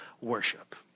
worship